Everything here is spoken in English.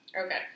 Okay